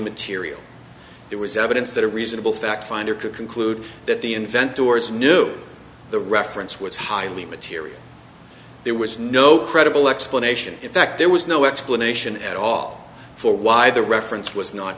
material there was evidence that a reasonable fact finder could conclude that the invent doors knew the reference was highly material there was no credible explanation in fact there was no explanation at all for why the reference was not